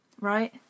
right